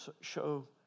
show